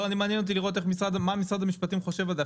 מעניין אותי לראות מה משרד המשפטים חושב על זה,